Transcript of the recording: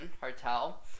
Hotel